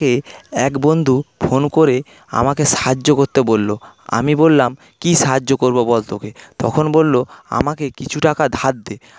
এ এক বন্ধু ফোন করে আমাকে সাহায্য করতে বললো আমি বললাম কি সাহায্য করব বল তোকে তখন বললো আমাকে কিছু টাকা ধার দে